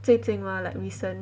最近 [one] like recently